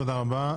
תודה רבה.